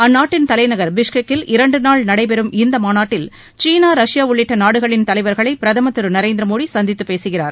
அந்நாட்டின் தலைநகர் பிஷ்கெக்கில் இரண்டுநாள் நடைபெறும் இந்தக் கூட்டத்தில் சீனா ரஷ்யா உள்ளிட்ட நாடுகளின் தலைவர்களை பிரதமர் திரு நரேந்திர மோடி சந்தித்துப் பேசுகிறார்